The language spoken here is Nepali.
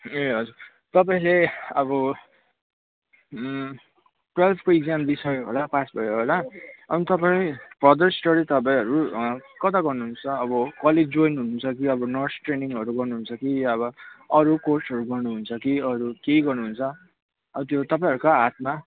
ए हजुर तपाईँले अब टुएल्भको इक्जाम दिइसकेको होला पास भयो होला अनि तपाईँ फर्दर स्टडी तपाईँहरू कता गर्नुहुन्छ अब कलेज जोइन हुन्छ कि अब नर्स ट्रेनिङहरू गर्नुहुन्छ कि अब अरू कोर्सहरू गर्नुहुन्छ कि अरू केही गर्नुहुन्छ अब त्यो तपाईँहरूको हातमा